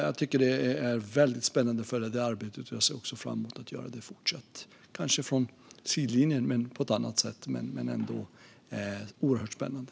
Jag tycker att det är väldigt spännande att följa detta arbete, och jag ser fram emot att fortsätta att göra det. Det blir kanske från sidlinjen och på ett annat sätt, men det är ändå oerhört spännande.